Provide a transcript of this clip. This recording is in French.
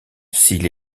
s’il